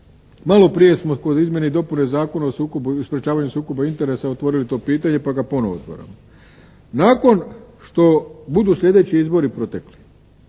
malo prije smo kod izmjene i dopune Zakona o sukobu i sprečavanju sukoba interesa otvorili to pitanje pa ga ponovno otvaramo. Nakon što budu sljedeći izbori budu protekli,